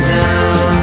down